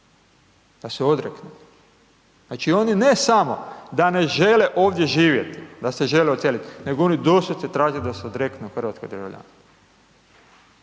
Da se odreknem. Znači oni ne samo, da ne žele ovdje živjeti, da se žele odseliti, nego oni doslovce da se odreknu hrvatskog državljanstva